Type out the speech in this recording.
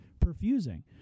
perfusing